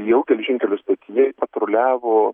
jau geležinkelio stotyje patruliavo